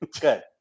good